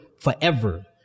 forever